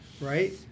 right